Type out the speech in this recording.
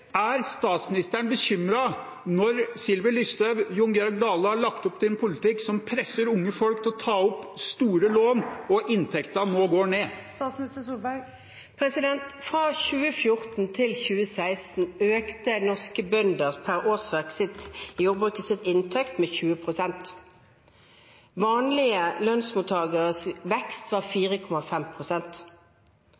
Er statsministeren bekymret når Sylvi Listhaug og Jon Georg Dale har lagt opp til en politikk som presser unge folk til å ta opp store lån, og inntekten nå går ned? Fra 2014–2016 økte norske bønders inntekt i jordbruket med 20 pst. per årsverk. Vanlige lønnsmottakeres vekst var